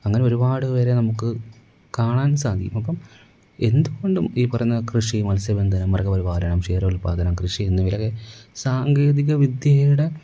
അങ്ങനെ ഒരുപാട് പേരെ നമുക്ക് കാണാൻ സാധിക്കും അപ്പം എന്തുകൊണ്ടും ഈ പറയുന്ന കൃഷി മത്സ്യബന്ധനം മൃഗപരിപാലനം ക്ഷീരോൽപാദനം കൃഷി എന്നിവയിലൊക്കെ സാങ്കേതികവിദ്യയുടെ